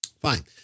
Fine